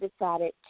decided